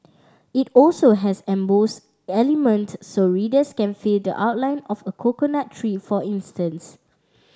it also has emboss element so readers can feeled outline of a coconut tree for instance